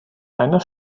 einer